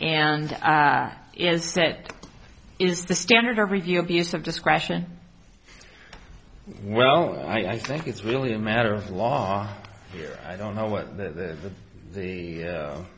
and is that is the standard of review abuse of discretion well i think it's really a matter of law here i don't know what the the